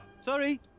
Sorry